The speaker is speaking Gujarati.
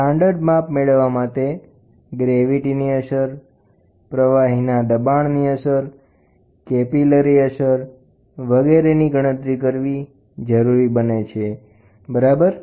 સ્થાન દ્વારા ગુરુત્વાકર્ષણને લીધે થતા ફેરફારોને સરખા કરવા પ્રવાહીની સંકોચનીયતા પ્રાથમિક ધોરણો માટે જરૂરી ચોકસાઈ પ્રાપ્ત કરવા માટે સૂક્ષ્મ અસરોને સરખી કરવી જરૂરી બને છે બરાબર